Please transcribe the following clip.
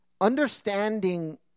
Understanding